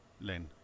Len